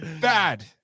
bad